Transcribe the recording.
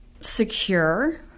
secure